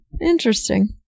Interesting